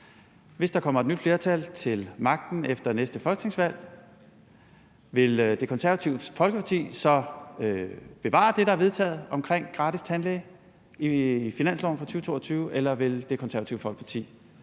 Hvis der kommer et nyt flertal til magten efter næste folketingsvalg, vil Det Konservative Folkeparti så bevare det, der er vedtaget med gratis tandlæge i finansloven for 2022, eller vil Det Konservative Folkeparti